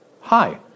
Hi